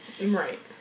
right